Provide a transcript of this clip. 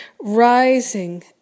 rising